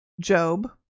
Job